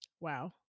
Wow